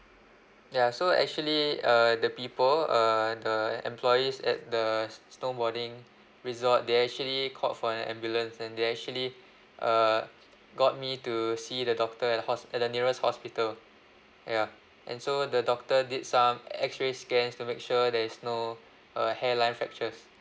ya so actually uh the people uh the employees at the snowboarding resort they actually called for an ambulance and they actually uh got me to see the doctor at hos~ at the nearest hospital ya and so the doctor did some X-ray scans to make sure there's no uh hairline fractures